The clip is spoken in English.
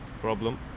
problem